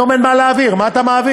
היום אין מה להעביר, מה אתה מעביר?